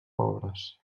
pobres